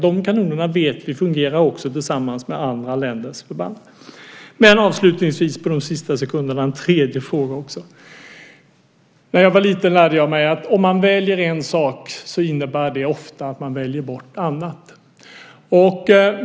De kanonerna vet vi fungerar också tillsammans med andra länders förband. Avslutningsvis vill jag ställa en tredje fråga också. När jag var liten lärde jag mig att om man väljer en sak så innebär det ofta att man väljer bort något annat.